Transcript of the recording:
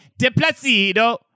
DePlacido